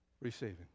receiving